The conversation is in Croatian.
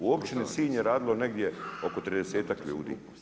U općini Sinj je radilo negdje oko 30-ak ljudi.